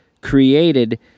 created